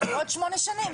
עוד 8 שנים.